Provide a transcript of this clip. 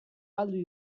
galdu